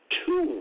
two